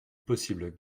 possible